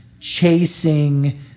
chasing